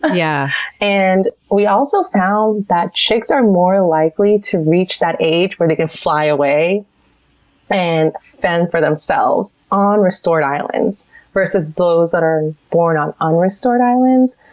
yeah and we also found that chicks are more likely to reach that age where they can fly away and fend for themselves on restored islands versus those that are born on unrestored islands,